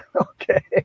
Okay